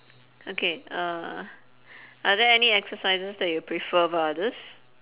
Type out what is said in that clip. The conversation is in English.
okay uh are there any exercises that you prefer above others